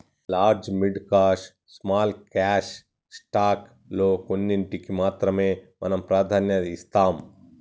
large mid cash small cash stock లో కొన్నింటికీ మాత్రమే మనం ప్రాధాన్యత ఇస్తాం